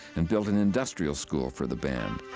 and built an industrial school for the band.